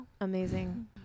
Amazing